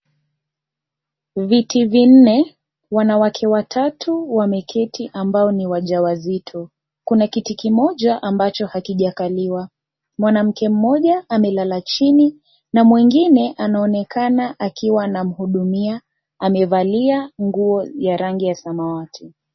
Viti vinne wanawake watatu wameketi ambao ni wajawazito ,kuna kiti kimoja ambacho hakija kaliwa mwanamke mmoja amelala chini na mwengine anaonekana akiwa anamhudumia amevalia nguo ya rangi ya samawati.